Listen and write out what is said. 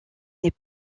n’est